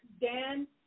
Dan